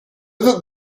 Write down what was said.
that